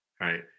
Right